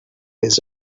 his